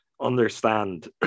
understand